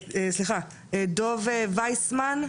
דב ויסמן,